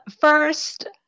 first